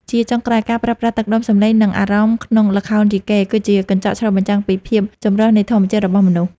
ជាចុងក្រោយ ការប្រើប្រាស់ទឹកដមសំឡេង និងអារម្មណ៍ក្នុងល្ខោនយីកេ គឺជាកញ្ចក់ឆ្លុះបញ្ចាំងពីភាពចម្រុះនៃធម្មជាតិរបស់មនុស្ស។